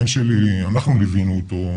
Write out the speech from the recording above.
הבן שלי, אנחנו ליווינו אותו.